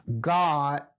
God